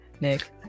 Nick